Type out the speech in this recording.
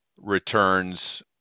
returns